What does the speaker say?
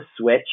switch